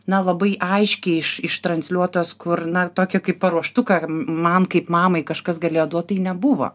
na labai aiškiai iš ištransliuotos kur na tokią kaip paruoštuką man kaip mamai kažkas galėjo duot tai nebuvo